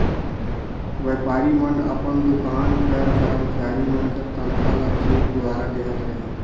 बयपारी मन अपन दोकान कर करमचारी मन कर तनखा ल चेक दुवारा देहत रहिन